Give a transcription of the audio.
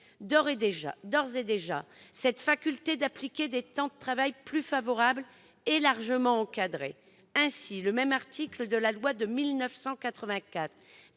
D'ores et déjà, cette faculté d'appliquer des temps de travail plus favorables est largement encadrée. Ainsi, le même article de la loi de 1984